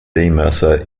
mercer